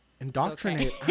Indoctrinate